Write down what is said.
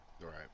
Right